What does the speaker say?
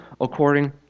according